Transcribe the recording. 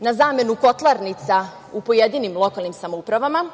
na zamenu kotlarnica u pojedinim lokalnim samoupravama,